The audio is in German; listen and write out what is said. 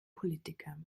politiker